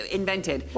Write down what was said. invented